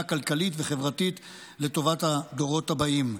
כלכלית וחברתית לטובת הדורות הבאים.